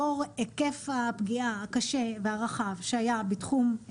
לאור היקף הפגיעה הקשה והרחב שהיה בתחום,